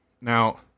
Now